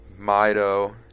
Mido